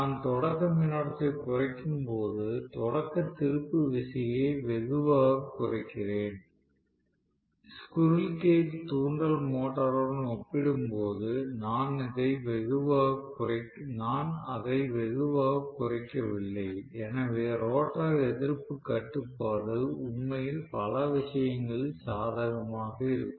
நான் தொடக்க மின்னோட்டத்தை குறைக்கும் போது தொடக்க திருப்பு விசையை வெகுவாகக் குறைக்கிறேன் ஸ்குரில் கேஜ் தூண்டல் மோட்டருடன் ஒப்பிடும்போது நான் அதை வெகுவாகக் குறைக்கவில்லை எனவே ரோட்டார் எதிர்ப்புக் கட்டுப்பாடு உண்மையில் பல விஷயங்களில் சாதகமாக இருக்கும்